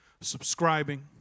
subscribing